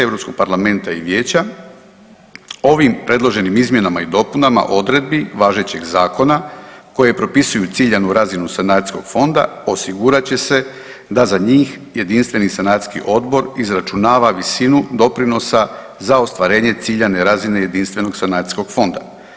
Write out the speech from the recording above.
Europskog parlamenta i Vijeća ovim predloženim izmjenama i dopunama odredbi važećeg zakona koje propisuju ciljanu razinu sanacijskog fonda osigurat će se da za njih jedinstveni sanacijski odbor izračunava visinu doprinosa za ostvarenje ciljane razine jedinstvenog sanacijskog fonda.